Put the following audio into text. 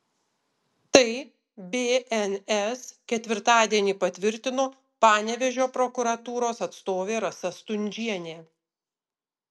tai bns ketvirtadienį patvirtino panevėžio prokuratūros atstovė rasa stundžienė